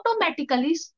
automatically